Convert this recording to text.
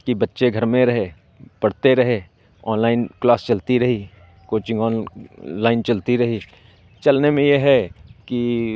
कि बच्चे घर में रहे पढ़ते रहे ऑनलाइन क्लास चलती रही कोचिंग ऑनलाइन चलती रही चलने में ये है कि